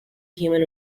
human